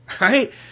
right